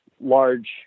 large